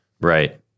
Right